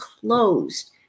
closed